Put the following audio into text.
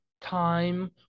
Time